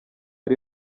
ari